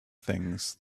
things